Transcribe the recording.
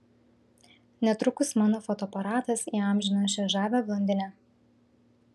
netrukus mano fotoaparatas įamžino šią žavią blondinę